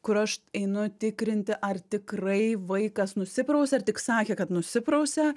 kur aš einu tikrinti ar tikrai vaikas nusiprausė ar tik sakė kad nusiprausė